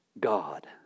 God